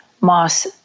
moss